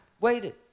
waited